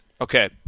Okay